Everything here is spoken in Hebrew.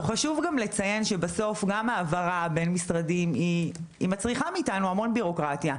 חשוב גם לציין שבסוף גם העברה בין משרדים מצריכה מאיתנו המון בירוקרטיה.